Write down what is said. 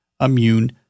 immune